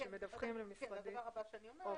שמדווחים למשרדים --- זה הדבר הבא שאני אומרת,